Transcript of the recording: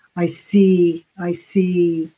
i see. i see.